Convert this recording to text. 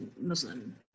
Muslim